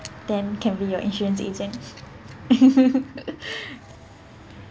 then can be your insurance agent